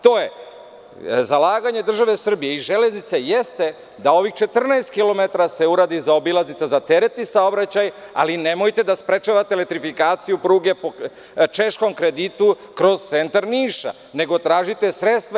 To je da zalaganje države Srbije i „Železnice“ jeste da se ovih 14 kilometara uradi zaobilaznica za teretni saobraćaj, ali nemojte da sprečavate elektrifikacijupruge po češkom kreditu kroz centar Niša, nego tražite sredstva.